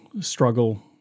struggle